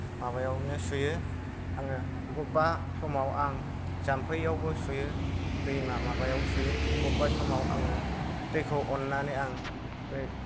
माबायावनो सुयो आङो बबेबा समाव आं जाम्फैयावबो सुयो दैमा माबायाव सुयो अबेबा समाव आङो दैखौ अन्नानै आं बे